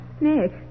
Nick